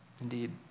indeed